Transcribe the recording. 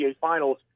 finals